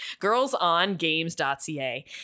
Girlsongames.ca